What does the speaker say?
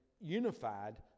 unified